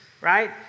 right